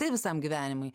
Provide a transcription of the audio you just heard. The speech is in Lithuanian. tai visam gyvenimui